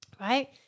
right